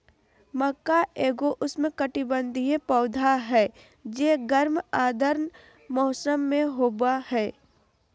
मक्का एगो उष्णकटिबंधीय पौधा हइ जे गर्म आर्द्र मौसम में होबा हइ